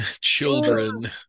children